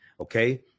Okay